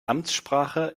amtssprache